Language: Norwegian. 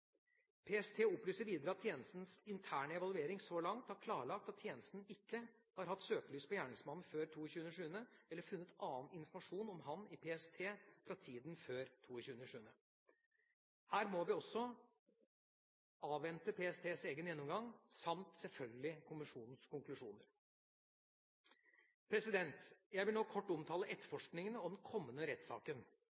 PST opplyser videre at tjenestens interne evaluering så langt har klarlagt at tjenesten ikke har hatt søkelys på gjerningsmannen før 22. juli eller funnet annen informasjon om ham i PST fra tida før 22. juli. Her må vi også avvente PSTs egen gjennomgang samt selvfølgelig kommisjonens konklusjoner. Jeg vil nå kort omtale